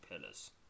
pillars